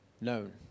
known